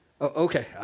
Okay